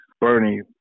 Bernie